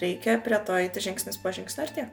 reikia prie to eiti žingsnis po žingsnio ir tiek